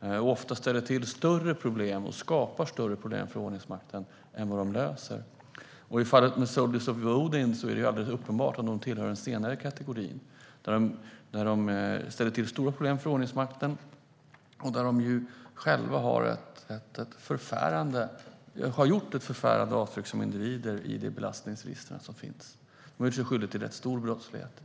och ofta ställer till större problem och skapar större problem för ordningsmakten än vad de löser. I fallet med Soldiers of Odin är det alldeles uppenbart att de tillhör den senare kategorin. De ställer till stora problem för ordningsmakten och har själva gjort ett förfärande avtryck som individer i det belastningsregister som finns. De har själva gjort sig skyldiga till rätt stor brottslighet.